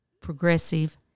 progressive